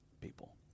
people